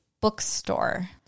Bookstore